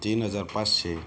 तीन हजार पाचशे